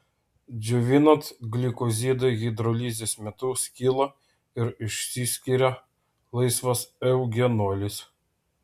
džiovinant glikozidai hidrolizės metu skyla ir išsiskiria laisvas eugenolis